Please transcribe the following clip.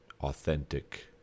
authentic